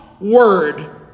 word